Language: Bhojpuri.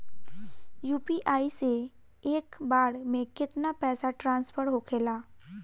यू.पी.आई से एक बार मे केतना पैसा ट्रस्फर होखे ला?